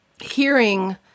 hearing